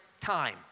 time